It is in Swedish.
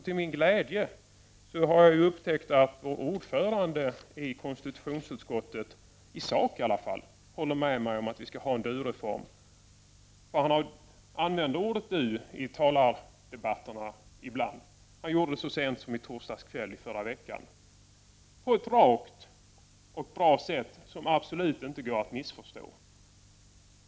Till min glädje har jag upptäckt att vår ordförande i konstitutionsutskottet, i sak i alla fall, håller med mig om att vi skall ha en du-reform. Han använder ordet du i talardebatterna ibland. Han gjorde det så sent som i torsdags kväll i förra veckan, på ett rakt och bra sätt som absolut inte går att missförstå.